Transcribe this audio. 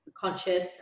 conscious